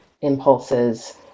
impulses